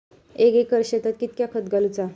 एक एकर शेताक कीतक्या खत घालूचा?